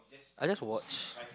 I just watch